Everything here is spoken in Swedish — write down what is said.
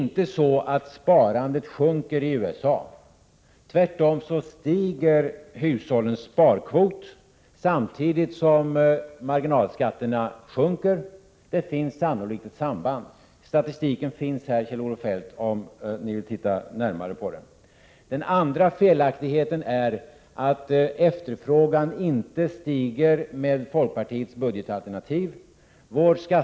Sparandet sjunker inte i USA. Tvärtom stiger hushållens sparkvot, samtidigt som marginalskatterna sjunker. Det finns sannolikt ett samband. Statistiken finns här; Kjell-Olof Feldt, om regeringen vill titta närmare på den. Den andra felaktigheten i Kjell-Olof Feldts anförande var att folkpartiets budgetalternativ skulle innebära att efterfrågan ökade.